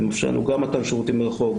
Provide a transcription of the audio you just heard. זה מאפשר לנו גם מתן שירותים מרחוק,